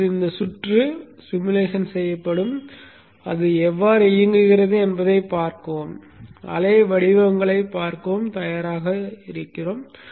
இப்போது இந்த சுற்று உருவகப்படுத்தவும் அது எவ்வாறு இயங்குகிறது என்பதைப் பார்க்கவும் அலைவடிவங்களைப் பார்க்கவும் தயாராக உள்ளோம்